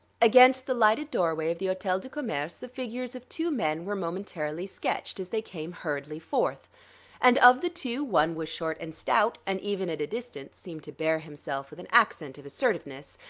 against the lighted doorway of the hotel du commerce, the figures of two men were momentarily sketched, as they came hurriedly forth and of the two, one was short and stout, and even at a distance seemed to bear himself with an accent of assertiveness,